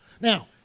Now